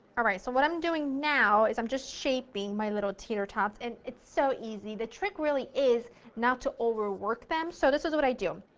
alright, so what i'm doing now is i'm just shaping my little tater tots and it's so easy, the trick really is not to overwork them, so this is what i do,